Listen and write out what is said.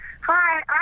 Hi